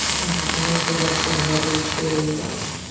and i'm suggesting that we choose love.